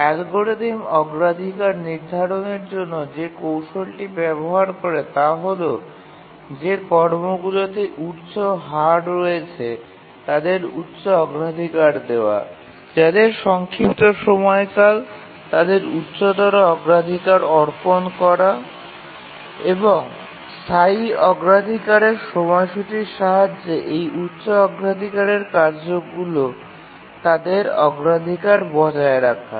algorithm অগ্রাধিকার নির্ধারণের জন্য যে কৌশলটি ব্যবহার করে তা হল যে কর্মগুলিতে উচ্চ হার রয়েছে তাদের উচ্চ অগ্রাধিকার দেওয়া যাদের সংক্ষিপ্ত সময়কাল তাদের উচ্চতর অগ্রাধিকার অর্পণ করা এবং স্থায়ী অগ্রাধিকারের সময়সূচীর সাহায্যে এই উচ্চ অগ্রাধিকারের কার্যগুলি তাদের অগ্রাধিকার বজায় রাখা